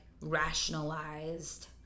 rationalized